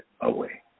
away